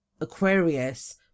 Aquarius